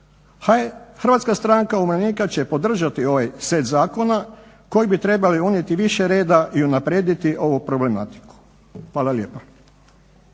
je bilo do sada. HSU će podržati ovaj set zakona koji bi trebali unijeti više reda i unaprijediti ovu problematiku. Hvala lijepa.